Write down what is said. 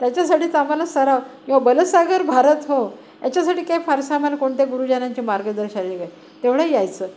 त्याच्यासाठी तर आम्हाला सराव किंवा बल सागर भारत होवो याच्यासाठी काय फारसा आम्हाला कोणत्या गुरुजनांची मार्गदर्शन नाही तेवढंही यायचं